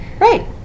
Right